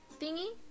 thingy